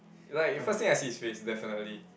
like first thing I see is face definitely